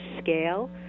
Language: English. scale